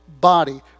body